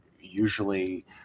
usually